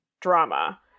drama